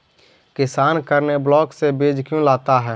किसान करने ब्लाक से बीज क्यों लाता है?